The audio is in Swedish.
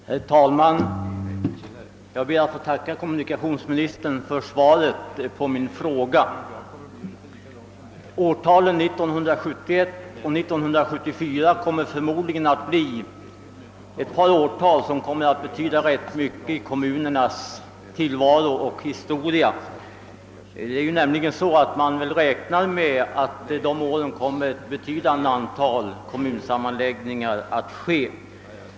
Herr talman! Jag ber att få tacka Ommunikationsministern för svaret på min fråga. Årtalen 1971 och 1974 kommer förnodligen att betyda mycket i kommua rnas tillvaro och historia; man räk år med att under de åren kommer ett nj ydande antal kommunsammanlägg Ingar att göras.